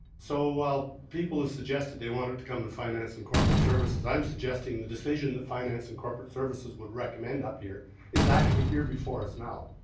so while people have suggested they want it to come to finance and corporate services i'm suggesting the decision that finance and corporate services would recommend up here is actually here before us now.